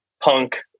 punk